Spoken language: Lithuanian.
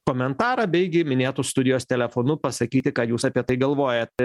komentarą beigi minėtu studijos telefonu pasakyti ką jūs apie tai galvojat